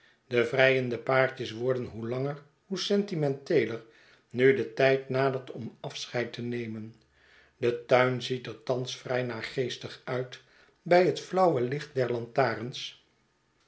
de vrijende paartjes worden hoe langer hoe sentimenteeler nu de tijd nadert om afscheid te nemen de tuin ziet er thans vrij naargeestig uit bij het flauwe licht der lantarens